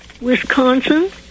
Wisconsin